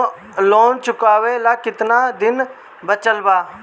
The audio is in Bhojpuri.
लोन चुकावे ला कितना दिन बचल बा?